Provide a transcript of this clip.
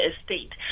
estate